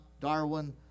Darwin